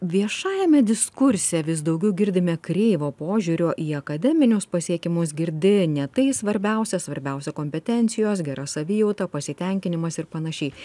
viešajame diskurse vis daugiau girdime kreivo požiūrio į akademinius pasiekimus girdi ne tai svarbiausia svarbiausia kompetencijos gera savijauta pasitenkinimas ir panašiai